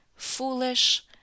foolish